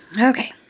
Okay